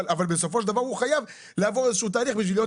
אבל בסופו של דבר הוא חייב לעבור איזשהו תהליך בשביל להיות